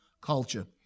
culture